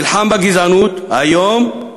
נלחם בגזענות היום,